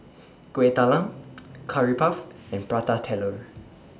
Kueh Talam Curry Puff and Prata Telur